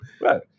Right